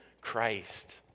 Christ